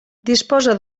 disposa